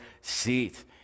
seat